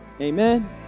Amen